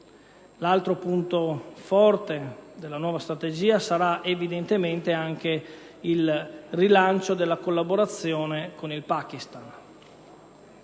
L'altro punto forte della nostra strategia sarà anche il rilancio della collaborazione con il Pakistan